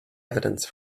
evidence